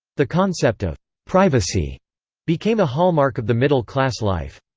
the concept of privacy became a hallmark of the middle-class life.